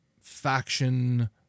faction